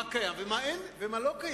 מה קיים ומה לא קיים.